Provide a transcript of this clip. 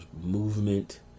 movement